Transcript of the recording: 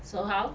so how